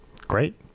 great